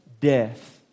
death